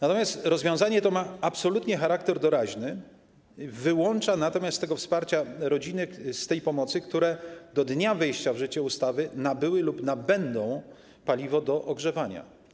Natomiast rozwiązanie to ma absolutnie charakter doraźny, wyłącza natomiast z tego wsparcia, z tej pomocy rodziny, które do dnia wejścia w życie ustawy nabyły lub nabędą paliwo do ogrzewania.